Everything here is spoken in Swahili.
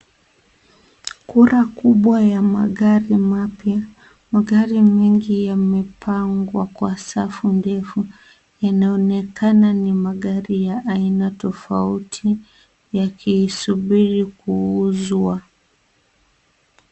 Kura kubwa ya magari mapya, magari mengi yamepangwa kwa safu ndefu inaonekana ni magari ya aina tofauti yakisubiri kuuzwa.